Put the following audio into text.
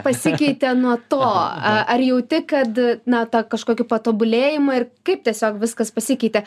pasikeitė nuo to ar jauti kad na tą kažkokį patobulėjimą ir kaip tiesiog viskas pasikeitė